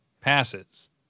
passes